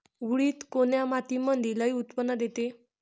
उडीद कोन्या मातीमंदी लई उत्पन्न देते?